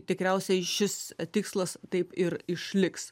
tikriausiai šis tikslas taip ir išliks